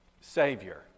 Savior